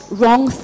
wrong